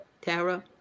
Tara